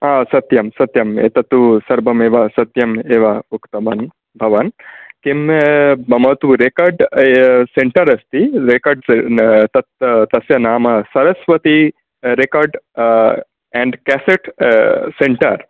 आ सत्यं सत्यम् एतत् तु सर्वमेव सत्यम् एव उक्तवान् भवान् किं मम तु रेकार्ड् सेण्टर् अस्ति रेकार्ड् तत् तस्य नाम Saraswati record and cassette centre